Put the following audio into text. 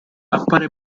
appare